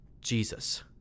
jesus